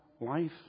life